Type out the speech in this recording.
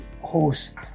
host